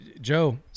Joe